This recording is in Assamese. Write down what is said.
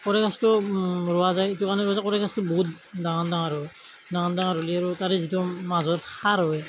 কড়েই গছটো ৰোৱা যায় এইটো কাৰণে ৰোৱে যে কড়েই গছটো বহুত ডাঙৰ ডাঙৰ হয় ডাঙৰ ডাঙৰ হ'লে আৰু তাৰে যিটো মাজত সাৰ হয়